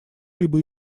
либо